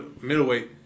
middleweight